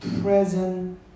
present